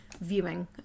viewing